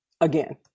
again